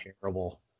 terrible